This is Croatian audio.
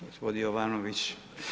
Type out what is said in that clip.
Gospodin Jovanović.